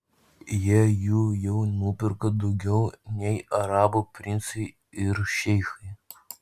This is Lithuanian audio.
jie jų jau nuperka daugiau nei arabų princai ir šeichai